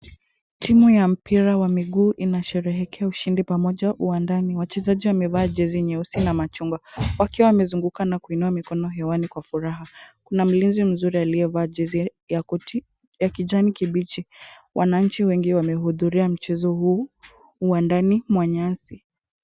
Timu ya mpira wa miguu inasherehekea ushinda pamoja uwandani. Wachezaji wamevaa jezi nyeusi na machungwa, wakiwa wamezunguka na kuinua mikono hewani kwa furaha, kuna mlinzi mzuri aliyevaa jezi ya koti ya kijani kibichi, wananchi wengi wamehudhuria mchezo huu uwandani wa nyasi.